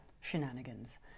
shenanigans